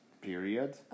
period